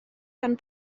gan